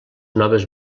noves